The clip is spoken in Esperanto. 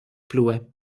plue